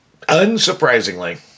Unsurprisingly